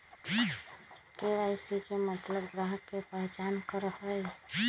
KYC के मतलब ग्राहक का पहचान करहई?